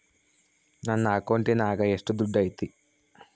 ನನ್ನ ಅಕೌಂಟಿನಾಗ ಎಷ್ಟು ದುಡ್ಡು ಐತಿ?